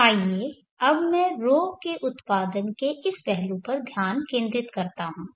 आइए अब मैं ρ के उत्पादन के इस पहलू पर ध्यान केंद्रित करता हूँ